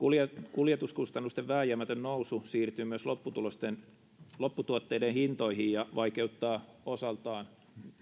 kuljetuskustannusten vääjäämätön nousu siirtyy myös lopputuotteiden hintoihin ja vaikeuttaa osaltaan